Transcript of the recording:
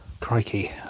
Crikey